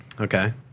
Okay